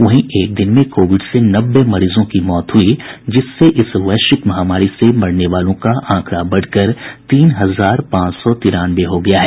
वहीं एक दिन में कोविड से नब्बे मरीजों की मौत हुई जिससे इस वैश्विक महामारी से मरने वालों का आंकड़ा बढ़कर तीन हजार पांच सौ तिरानवे हो गया है